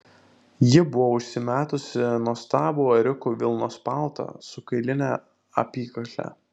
ji buvo užsimetusi nuostabų ėriukų vilnos paltą su kailine apykakle